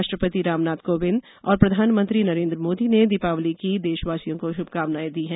राष्ट्रपति रामनाथ कोविंद और प्रधानमंत्री नरेन्द्र मोदी ने दीपावली की देशवासियों को शुभकामनाएं दी हैं